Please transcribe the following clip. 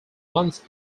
once